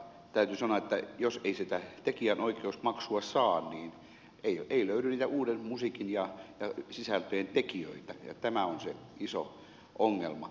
täytyy sanoa että jos ei sitä tekijänoikeusmaksua saa niin ei löydy uuden musiikin ja sisältöjen tekijöitä ja tämä on se iso ongelma